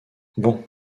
bon